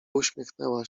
uśmiechnęła